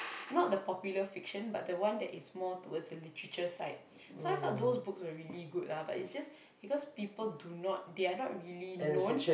not the popular fiction but the one that is more towards the literature side so I felt those books were really good lah but it's just because people do not they are not really known